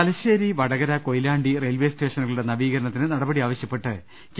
Thalassery Vadakara Koyilandy railway സ്റ്റേഷനുകളുടെ നവീകരണത്തിന് നടപടി ആവശ്യപ്പെട്ട് കെ